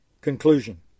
Conclusion